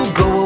go